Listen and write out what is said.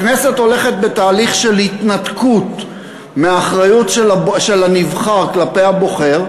הכנסת הולכת לתהליך של התנתקות מהאחריות של הנבחר כלפי הבוחר,